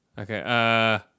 Okay